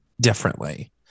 differently